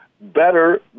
better